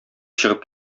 чыгып